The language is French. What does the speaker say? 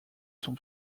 son